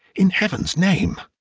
in heaven's name,